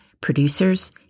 Producers